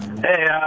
Hey